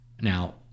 Now